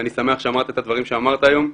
ואני שמח שאמרת את הדברים שאמרת היום.